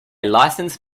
license